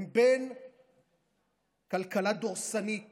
הן בין כלכלה דורסנית